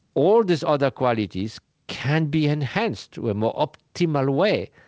all these other qualities can be enhanced to a more optimal way,